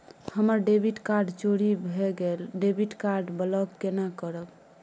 हमर debit card चोरी भगेलै डेबिट कार्ड ब्लॉक केना करब?